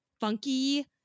funky